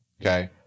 Okay